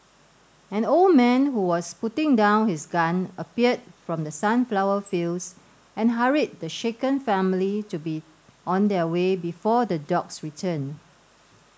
an old man who was putting down his gun appeared from the sunflower fields and hurried the shaken family to be on their way before the dogs return